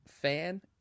fan